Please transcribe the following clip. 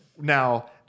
Now